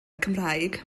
cymraeg